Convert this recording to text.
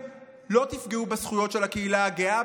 גם אם אתם לא תפגעו בזכויות של הקהילה הגאה,